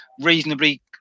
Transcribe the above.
reasonably